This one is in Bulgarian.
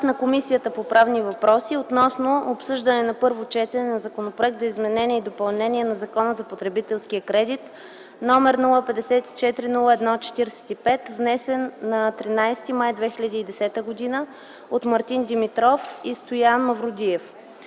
на Комисията по правни въпроси относно обсъждане на първо четене на Законопроекта за изменение и допълнение на Закона за потребителския кредит, № 054-01-45, внесен на 13 май 2010 г. от Мартин Димитров и Стоян Мавродиев